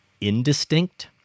indistinct